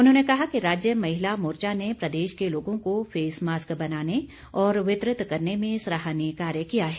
उन्होंने कहा कि राज्य महिला मोर्चा ने प्रदेश के लोगों को फेस मास्क बनाने और वितरित करने में सराहनीय कार्य किया है